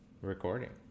recording